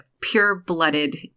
pure-blooded